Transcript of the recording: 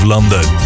London